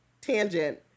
tangent